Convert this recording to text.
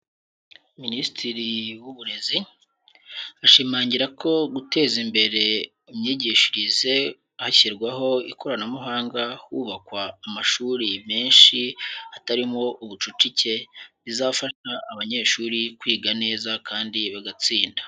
Ministry w'Uburezi ashimangira ko guteza imbere imyigishirize hashyirwaho ikoranabuhanga hubakwa amashuri menshi hatarimo ubucucike bizafasha abanyeshuri kwiga neza kandi bagatsinda.